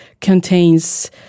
contains